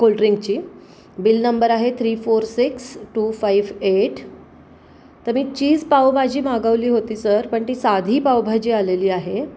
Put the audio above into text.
कोल्ड्रिंकची bill number आहे three four six two five eight तर मी चीज पावभाजी मागवली होती सर पण ती साधी पावभाजी आलेली आहे